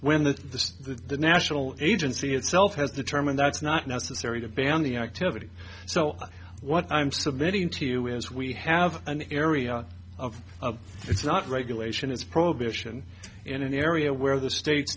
when the the national agency itself has determined that it's not necessary to ban the activity so what i'm submitting to you is we have an area of of it's not regulation is prohibition in an area where the states